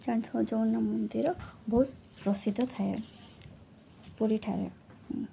ଚା ଜଗନ୍ନାଥ ମନ୍ଦିର ବହୁତ ପ୍ରସିଦ୍ଧ ଥାଏ ପୁରୀଠାରେ